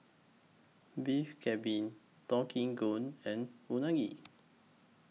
Beef Galbi Deodeok Gui and Unagi